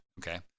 okay